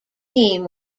team